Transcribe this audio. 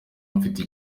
mfite